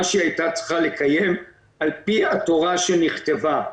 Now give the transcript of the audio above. שהיא היתה צריכה לקיים על פי התורה שנכתבה.